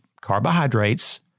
carbohydrates